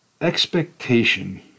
expectation